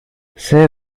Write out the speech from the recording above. see